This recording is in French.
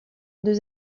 deux